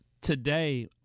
today